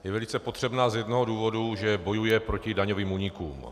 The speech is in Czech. Je velice potřebná z jednoho důvodu, že bojuje proti daňovým únikům.